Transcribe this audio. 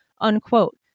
Unquote